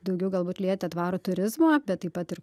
daugiau galbūt lietė tvarų turizmą bet taip pat ir